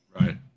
Right